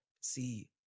See